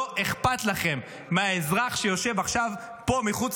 לא אכפת לכם מהאזרח שיושב עכשיו פה מחוץ